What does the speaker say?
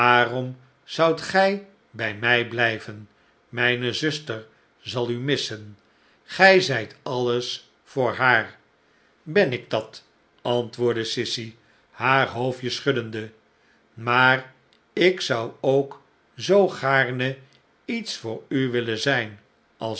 zoudt gij bij mij blijven mijne zuster zal u missen gij zijt alles voor haar ben ikdat antwoordde sissy haar hoofdje schuddende maar ik zou ook zoo gaarne iets voor u willen zijn